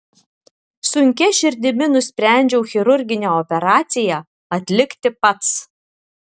sunkia širdimi nusprendžiau chirurginę operaciją atlikti pats